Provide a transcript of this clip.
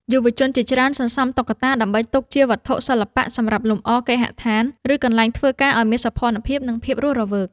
យុវជនជាច្រើនសន្សំតុក្កតាដើម្បីទុកជាវត្ថុសិល្បៈសម្រាប់លម្អគេហដ្ឋាន ឬកន្លែងធ្វើការឱ្យមានសោភ័ណភាព និងភាពរស់រវើក។